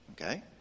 okay